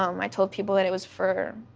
um i told people that it was for,